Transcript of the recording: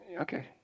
Okay